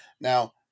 Now